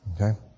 Okay